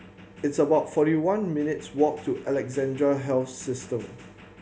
it's about forty one minutes' walk to Alexandra Health System